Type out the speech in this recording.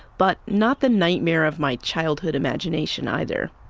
but not the nightmare of my childhood imagination either.